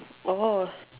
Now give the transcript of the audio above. oars